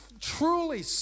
truly